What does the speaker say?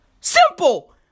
Simple